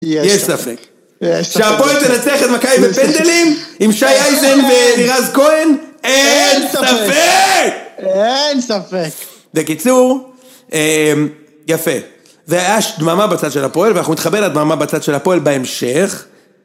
יש ספק, שהפועל תנצח את מכבי בפנדלים עם שי אייזן ואלירז כהן אין ספק! אין ספק! בקיצור, יפה, והיה דממה בצד של הפועל ואנחנו נתחבר לדממה בצד של הפועל בהמשך